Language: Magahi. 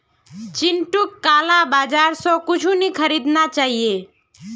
चिंटूक काला बाजार स कुछू नी खरीदना चाहिए